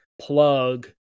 plug